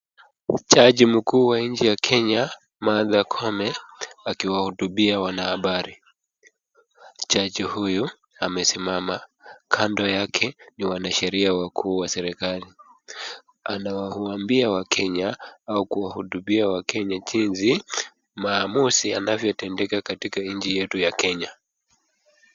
Jaji mkuu wa nchi ya Kenya Martha Koome akiwahutubia wanahabari. Jaji huyu amesimama, kando yake ni wanasharia wakuu wa serikali. Anawaambia Wakenya au kuwahutubia Wakenya jinsi maamuzi yanavyotendeka katika nchi yetu ya Kenya.